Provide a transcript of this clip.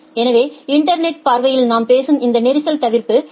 எனவே இன்டர்நெட்டின் பார்வையில் நாம் பேசும் இந்த நெரிசல் தவிர்ப்பு டி